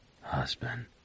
husband